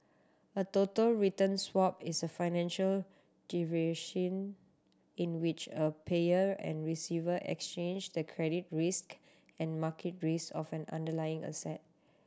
a total return swap is a financial in which a payer and receiver exchange the credit risk and market risk of an underlying asset